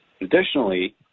Additionally